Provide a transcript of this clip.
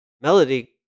Melody